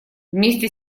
вместе